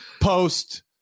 post